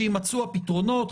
שיימצאו הפתרונות.